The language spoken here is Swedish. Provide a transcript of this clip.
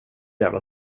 jävla